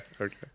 okay